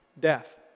death